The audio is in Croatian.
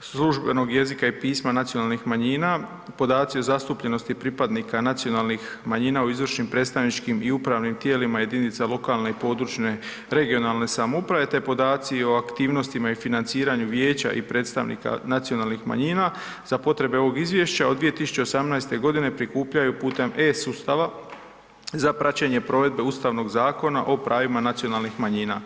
službenog jezika i pisma nacionalnih manjina, podaci zastupljenosti pripadnika nacionalnih manjina o izvršnim predstavničkim i upravnim tijelima jedinica lokalne i područne (regionalne) samouprave te podaci o aktivnostima i financiranju Vijeća i predstavnika nacionalnih manjina za potrebe ovog izvješća od 2018. g. prikupljaju putem e-sustava za praćenje provedbe Ustavnog zakona o pravima nacionalnih manjina.